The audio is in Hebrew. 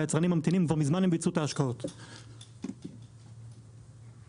היצרנים ממתינים, הם ביצעו את ההשקעות כבר מזמן.